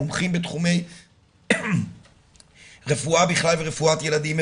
מומחים בתחומי רפואה בכלל ורפואת ילדים,